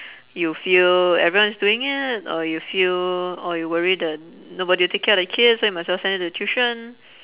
you feel everyone is doing it or you feel or you worry that nobody will take care of the kid so you might as well send them to tuition